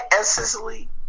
essentially